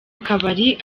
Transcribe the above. akabari